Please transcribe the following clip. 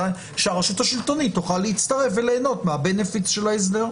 שהרשות השלטון תוכל להצטרף וליהנות מהתועלת של ההסדר.